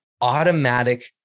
automatic